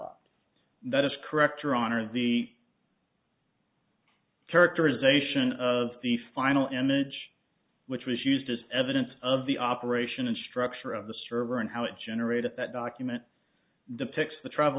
up that is correct your honor the characterization of the final image which was used as evidence of the operation and structure of the server and how it generated that document depicts the travel